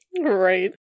Right